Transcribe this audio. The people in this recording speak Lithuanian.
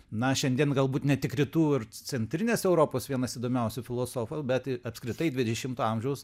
na šiandien galbūt ne tik rytų ir centrinės europos vienas įdomiausių filosofų bet apskritai dvidešimto amžiaus